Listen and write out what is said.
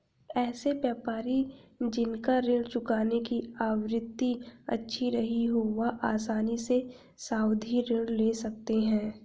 ऐसे व्यापारी जिन का ऋण चुकाने की आवृत्ति अच्छी रही हो वह आसानी से सावधि ऋण ले सकते हैं